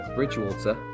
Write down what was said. Bridgewater